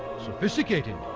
sophisticated,